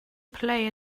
play